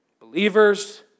believers